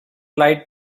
lied